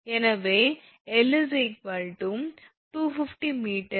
எனவே 𝐿 250m 𝑊 0